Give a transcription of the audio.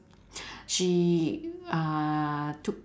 she uh took